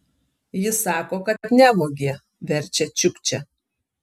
jis sako kad nevogė verčia čiukčia